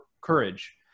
courage